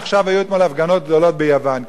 אתמול היו הפגנות גדולות ביוון,